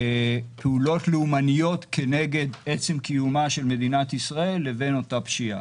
בין פעולות לאומניות כנגד עצם קיומה של מדינת ישראל לבין אותה פשיעה.